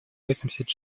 восемьдесят